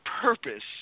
purpose